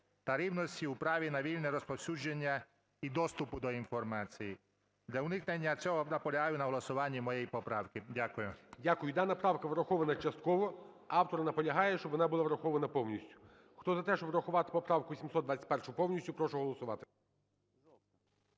та рівності у праві на вільне розповсюдження і доступу до інформації. Для уникнення цього наполягаю на голосуванні моєї поправки. Дякую. ГОЛОВУЮЧИЙ. Дякую. Дана правка врахована частково, автор наполягає, щоб вона була врахована повністю. Хто за те, щоб врахувати поправку 721 повністю, прошу голосувати.